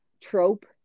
trope